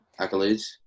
accolades